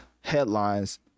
headlines